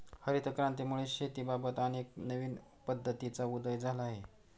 हरित क्रांतीमुळे शेतीबाबत अनेक नवीन पद्धतींचा उदय झाला आहे